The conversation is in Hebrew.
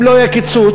אם לא יהיה קיצוץ,